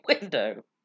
window